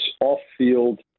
off-field